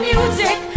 music